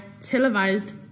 televised